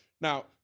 now